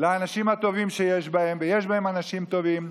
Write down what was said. ולאנשים הטובים שיש בהם, ויש בהם אנשים טובים: